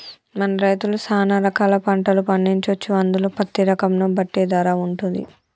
మన రైతులు సాన రకాల పంటలు పండించొచ్చు అందులో పత్తి రకం ను బట్టి ధర వుంటది